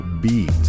Beat